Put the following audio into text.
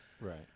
right